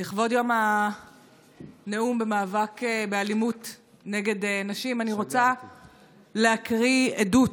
לכבוד יום המאבק באלימות נגד נשים אני רוצה להקריא עדות